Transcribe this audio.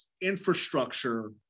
infrastructure